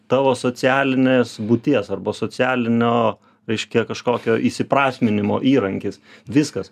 tavo socialinės būties arba socialinio reiškia kažkokio įprasminimo įrankis viskas